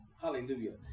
hallelujah